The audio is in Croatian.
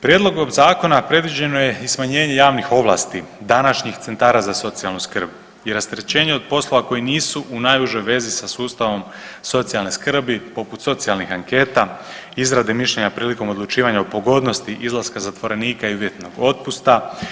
Prijedlogom zakona predviđeno je i smanjenje javnih ovlasti današnjih centara za socijalnu skrb i rasterećenje od poslova koji nisu u najužoj vezi sa sustavom socijalne skrbi poput socijalnih anketa, izrade mišljenja prilikom odlučivanja o pogodnosti izlaska zatvorenika i uvjetnog otpusta.